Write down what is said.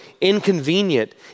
inconvenient